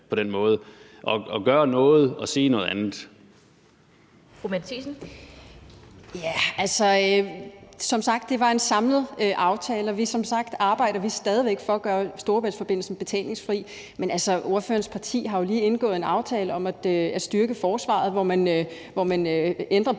Som sagt var det en samlet aftale, og som sagt arbejder vi stadig væk for at gøre Storebæltsforbindelsen betalingsfri. Men altså, ordførerens parti har jo lige indgået en aftale om at styrke forsvaret, hvor man ændrer budgetloven